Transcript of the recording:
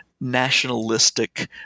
nationalistic